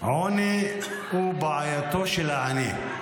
עוני הוא בעייתו של העני.